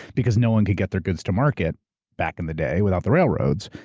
because no one could get their goods to market back in the day without the railroads.